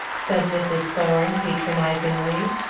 said mrs. thorne, patronisingly.